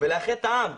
ולאחד את העם.